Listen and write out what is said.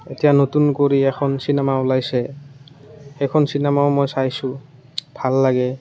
এতিয়া নতুনকৈও এখন চিনেমা ওলাইছে সেইখন চিনেমাও মই চাইছোঁ ভাল লাগে